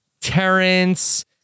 Terrence